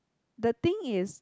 the thing is